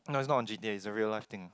no it's not on G_T_A it's a real life thing